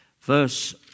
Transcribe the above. Verse